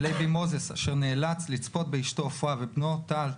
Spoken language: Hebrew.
אייבי מוזס אשר נאלץ לצפות באשתו עופרה ובנו טל,